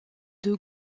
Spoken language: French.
deux